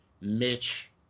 Mitch